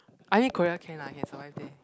I think Korea can lah can survive it